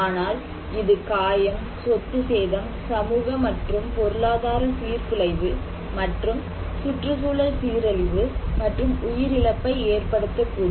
ஆனால் இது காயம் சொத்து சேதம் சமூக மற்றும் பொருளாதார சீர்குலைவு மற்றும் சுற்றுச்சூழல் சீரழிவு மற்றும் உயிர் இழப்பை ஏற்படுத்தக்கூடும்